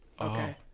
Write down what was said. Okay